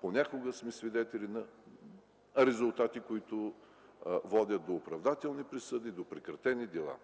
понякога сме свидетели на резултати, които водят до оправдателни присъди, до прекратени дела.